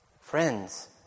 Friends